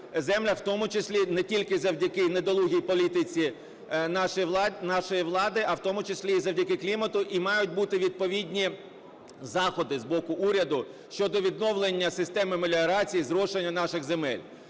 землях, в тому числі не тільки завдяки недолугій політиці нашої влади, а в тому числі і завдяки клімату. І мають бути відповідні заходи з боку уряду щодо відновлення системи меліорації, зрошення наших земель.